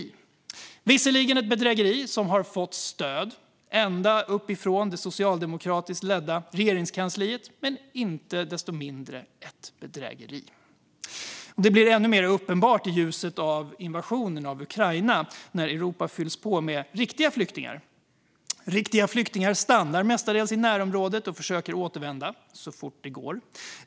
Det är visserligen ett bedrägeri som har fått stöd ända uppifrån det socialdemokratiskt ledda Regeringskansliet, men inte desto mindre ett bedrägeri. Det blir ännu mer uppenbart i ljuset av invasionen av Ukraina när Europa fylls på med riktiga flyktingar. Riktiga flyktingar stannar mestadels i närområdet och försöker återvända så fort det går.